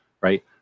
right